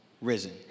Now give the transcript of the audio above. risen